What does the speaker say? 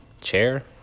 chair